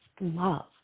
love